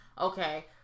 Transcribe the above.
okay